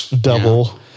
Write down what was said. double